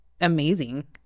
amazing